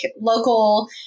local